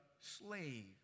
slave